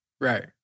Right